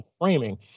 framing